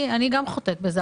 אני גם חוטאת בזה.